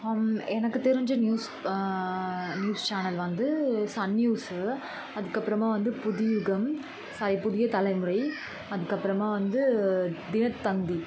எனக்கு தெரிந்த news news channel வந்து சன் நியூஸு அதுக்கப்புறமா வந்து புதுயுகம் சாரி புதிய தலைமுறை அதுக்கப்புறமா வந்து தினத்தந்தி